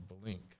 Blink